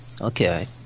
Okay